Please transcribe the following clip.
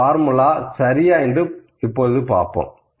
இந்த பார்முலா சரியா என்று பார்ப்போம்